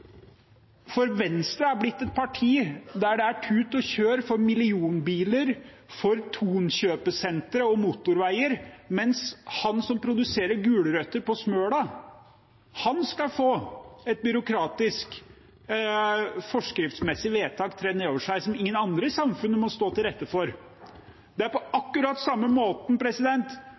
For Venstre er blitt et parti der det er tut og kjør for millionbiler, for Thon-kjøpesentre og motorveier, mens han som produserer gulrøtter på Smøla, skal få et byråkratisk, forskriftsmessig vedtak tredd ned over seg, som ingen andre i samfunnet må stå til rette for. Det er på akkurat samme måten